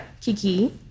Kiki